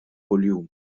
kuljum